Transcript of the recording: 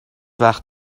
وقت